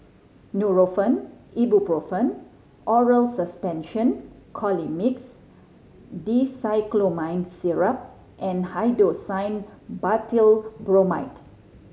Nurofen Ibuprofen Oral Suspension Colimix Dicyclomine Syrup and Hyoscine Butylbromide